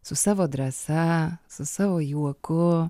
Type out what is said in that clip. su savo drąsa su savo juoku